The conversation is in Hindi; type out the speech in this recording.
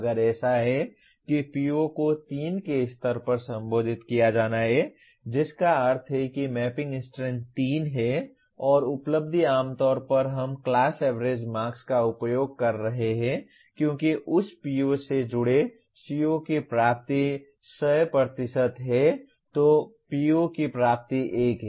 अगर ऐसा है कि PO को 3 के स्तर पर संबोधित किया जाना है जिसका अर्थ है कि मैपिंग स्ट्रेंथ 3 है और उपलब्धि आमतौर पर हम क्लास एवरेज मार्क्स का उपयोग कर रहे हैं क्योंकि उस PO से जुड़े CO की प्राप्ति 100 है तो PO की प्राप्ति 1 है